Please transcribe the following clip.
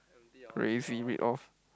crazy read off